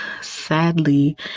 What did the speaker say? sadly